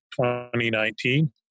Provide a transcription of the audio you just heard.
2019